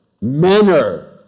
manner